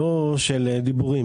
לא של דיבורים,